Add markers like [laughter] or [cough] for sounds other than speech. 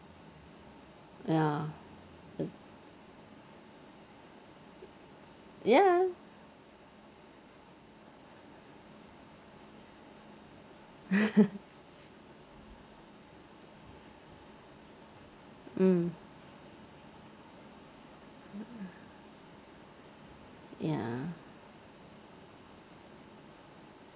ya ya [laughs] mm ya